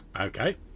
Okay